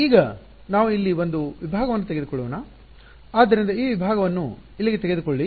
ಈಗ ನಾವು ಇಲ್ಲಿ ಒಂದು ವಿಭಾಗವನ್ನು ತೆಗೆದುಕೊಳ್ಳೋಣ ಆದ್ದರಿಂದ ಈ ವಿಭಾಗವನ್ನು ಇಲ್ಲಿಗೆ ತೆಗೆದುಕೊಳ್ಳಿ